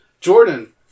Jordan